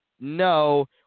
no